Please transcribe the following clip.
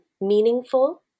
meaningful